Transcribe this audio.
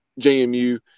JMU